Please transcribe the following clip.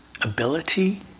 ability